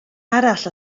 arall